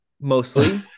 mostly